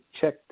Check